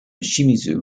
shimizu